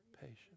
patience